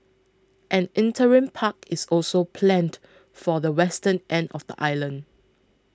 an interim park is also planned for the western end of the island